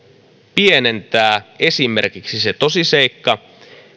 pienentää esimerkiksi se tosiseikka